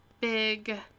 big